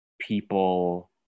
people